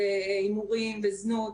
הימורים וזנות,